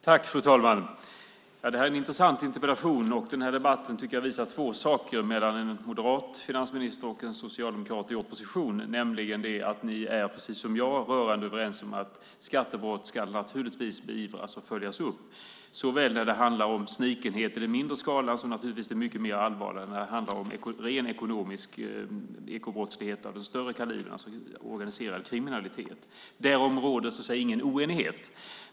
Fru talman! Det här är en intressant interpellation, och debatten visar att en moderat finansminister och en socialdemokrat i opposition är rörande överens om att skattebrott naturligtvis ska beivras och följas upp. Där är jag helt enig med dem. Det gäller såväl snikenhet i den mindre skalan som ren ekonomisk brottslighet av den större kalibern, alltså organiserad kriminalitet, vilket naturligtvis är mycket mer allvarligt. Därom råder ingen oenighet.